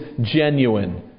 genuine